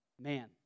man